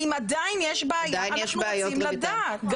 ואם עדיין יש בעיה אנחנו רוצים לדעת.